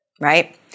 right